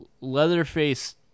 Leatherface